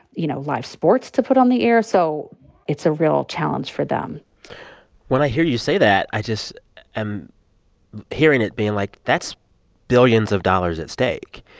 you know, live sports to put on the air, so it's a real challenge for them when i hear you say that, i just i'm hearing it being like, that's billions of dollars at stake.